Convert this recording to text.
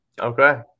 Okay